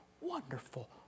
wonderful